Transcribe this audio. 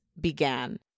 began